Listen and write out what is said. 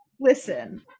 Listen